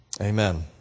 Amen